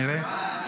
נראה.